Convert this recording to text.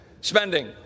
spending